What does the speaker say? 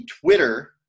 Twitter